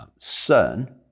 CERN